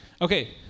Okay